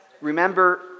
Remember